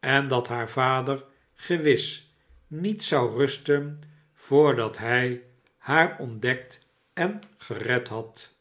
en dat haar vader gewis niet zou rusten voordat hij haar ontdekt en gered had